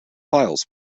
files